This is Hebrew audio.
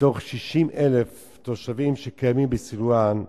מתוך 60,000 תושבים שקיימים בסילואן,